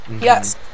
Yes